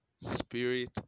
spirit